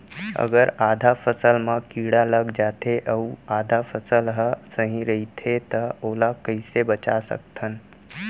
अगर आधा फसल म कीड़ा लग जाथे अऊ आधा फसल ह सही रइथे त ओला कइसे बचा सकथन?